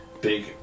big